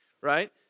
right